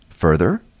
Further